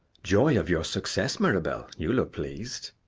joy of your success, mirabell you look pleased.